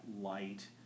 light